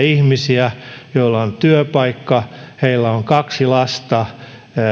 ihmisiä joilla on työpaikka joilla on kaksi lasta